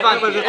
הבנתי.